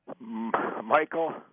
Michael